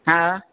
हा